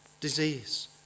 Disease